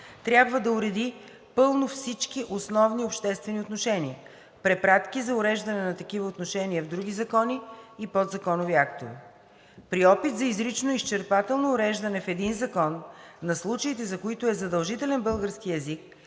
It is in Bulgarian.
трайна уредба, тъй като се правят множество препратки за уреждане на такива отношения в други закони и подзаконови актове. При опит за изрично и изчерпателно уреждане в един закон на случаите, за които е задължителен българският език,